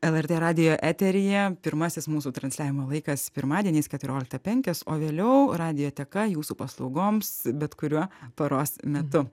lrt radijo eteryje pirmasis mūsų transliavimo laikas pirmadieniais keturioliktą penkios o vėliau radijoteka jūsų paslaugoms bet kuriuo paros metu